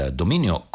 dominio